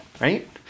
right